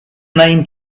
name